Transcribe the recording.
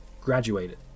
graduated